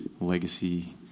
legacy